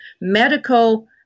medical